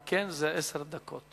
אם כן, עשר דקות.